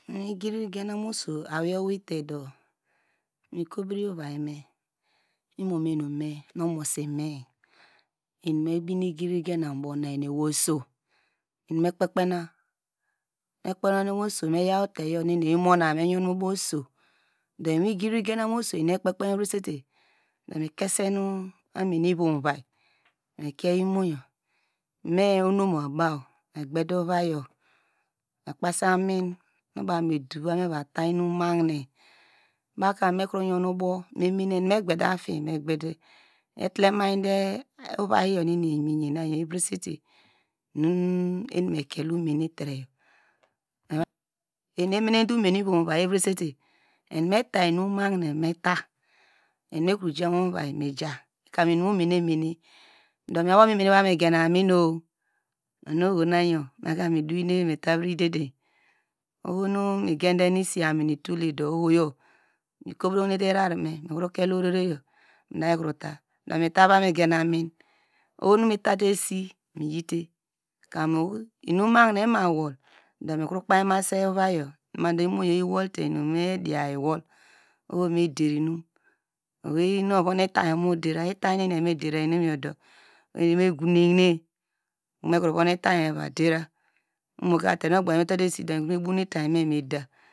Miwin igriri genam oso do aweiye oweite do mikro bri ovai me, imome nu me omosime, enimebine igiri gene mu bo nuyeneye oso eni me kpe- kpena, me kpri onuyan ewei oso, me yaw teyo nu eni eyi monayo meyon bo oso eni ekpe, kpen vrisete do mikese nu amin ovu ovai mekie imuyo, me inumu baw me gbede ovayo, me kpasi amin nu baw me dova meva ta inumahine, bawka mekro yon ubow enu me gbede afin, me gbede, etlemate inuvro, inuvro, eni emeta umaii uyenvi evresite enu meta inu mahine meta enumekro jamu ovai meja kam inum mu menemere, makra bow kome gen aminor onu ohonayo meka me tavri ideden ohonu miyen de noi isi amin utolede mikro hinete irarame do mitava migen amin oho mitate esi miyite kamu, inum mahinem ima wo do mikro kpumuse ovaiyo, mainmoyo eyi wolte inu mediya iwol oho nu me der inum, owei nu ovum itany ovumu dera inu yodo eni me gonehine emake vonu itany yor eva diya omoka tenu ogbanke eni etate esi do mikro mi bon itany yor meda.